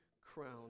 crown